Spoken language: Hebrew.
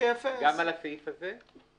גם על הסעיף הזה?